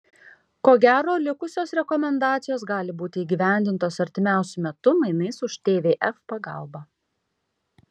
ko gero likusios rekomendacijos gali būti įgyvendintos artimiausiu metu mainais už tvf pagalbą